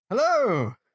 Hello